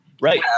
Right